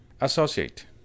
Associate